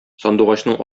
сандугачның